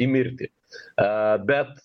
į mirtį a bet